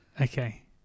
Okay